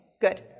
good